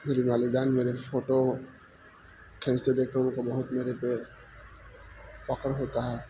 میری والدین میرے فوٹو کھینچتے دیکھ کر ان کو بہت میرے پہ فخر ہوتا ہے